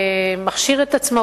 מכשיר את עצמו,